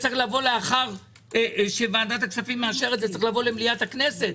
אחרי אישור ועדת הכספים זה צריך לבוא למליאת הכנסת.